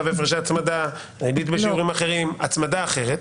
והפרשי הצמדה; ריבית בשיעורים אחרים; הצמדה אחרת.